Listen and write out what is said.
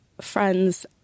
friends